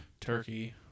turkey